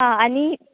हां आनी